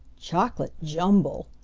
chocolate jumble,